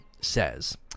says